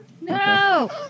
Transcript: No